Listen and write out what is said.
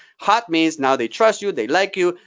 hot means now they trust you. they like you.